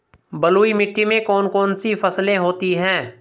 बलुई मिट्टी में कौन कौन सी फसलें होती हैं?